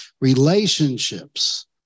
relationships